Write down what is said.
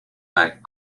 aeg